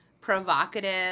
provocative